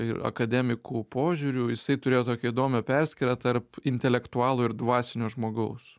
ir akademikų požiūriu jisai turėjo tokią įdomią perskyrą tarp intelektualo ir dvasinio žmogaus